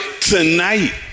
tonight